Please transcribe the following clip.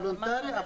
וולונטרי,